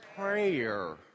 prayer